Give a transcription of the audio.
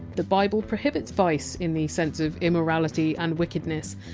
the bible prohibits vice, in the sense of immorality and wickedness,